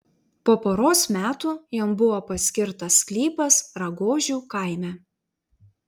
po poros metų jam buvo paskirtas sklypas ragožių kaime